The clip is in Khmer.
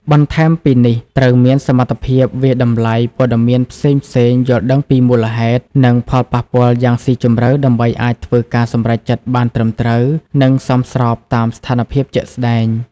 បន្ថែមពីនេះត្រូវមានសមត្ថភាពវាយតម្លៃព័ត៌មានផ្សេងៗយល់ដឹងពីមូលហេតុ និងផលប៉ះពាល់យ៉ាងស៊ីជម្រៅដើម្បីអាចធ្វើការសម្រេចចិត្តបានត្រឹមត្រូវ និងសមស្របតាមស្ថានភាពជាក់ស្តែង។